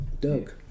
Doug